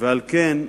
על כן,